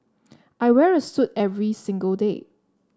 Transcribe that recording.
I wear a suit every single day